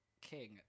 King